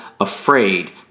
afraid